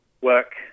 work